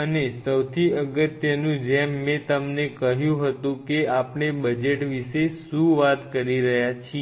અને સૌથી અગત્યનું જેમ મેં તમને કહ્યું હતું કે આપણે બજેટ વિશે શું વાત કરી રહ્યા છીએ